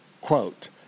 quote